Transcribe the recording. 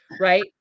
right